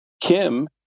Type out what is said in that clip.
Kim